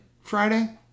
Friday